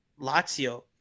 Lazio